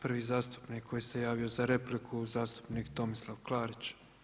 Prvi zastupnik koji se javio za repliku, zastupnik Tomislav Klarić.